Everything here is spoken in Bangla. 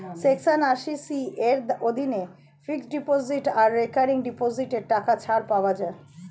সেকশন আশি সি এর অধীনে ফিক্সড ডিপোজিট আর রেকারিং ডিপোজিটে টাকা ছাড় পাওয়া যায়